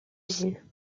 usine